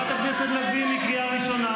לא אמרתם, חברת הכנסת לזימי, קריאה ראשונה.